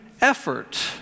effort